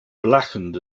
blackened